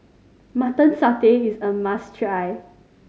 Mutton Satay is a must try